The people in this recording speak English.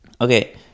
Okay